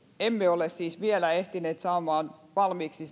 emme ole siis vielä ehtineet saamaan valmiiksi sitä